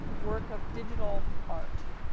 work of digital art.